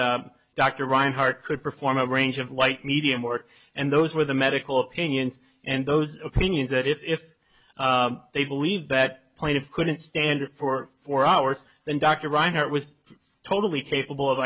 dr reinhardt could perform a range of white medium work and those were the medical opinions and those opinions that if they believed that point of couldn't stand for four hours then dr reiner was totally capable of